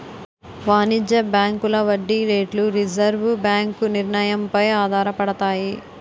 వాణిజ్య బ్యాంకుల వడ్డీ రేట్లు రిజర్వు బ్యాంకు నిర్ణయం పై ఆధారపడతాయి